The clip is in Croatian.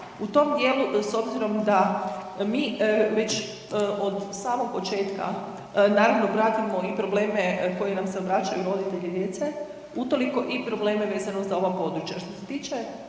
U tom dijelu s obzirom da mi već od samog početka naravno pratimo i probleme koji nam se obraćaju roditelji djece, utoliko i probleme vezano za ova područja. Što se tiče